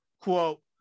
quote